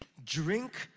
drink,